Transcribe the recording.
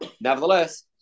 Nevertheless